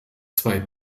zwei